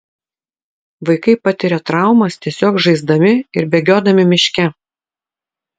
vaikai patiria traumas tiesiog žaisdami ir bėgiodami miške